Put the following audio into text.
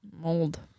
Mold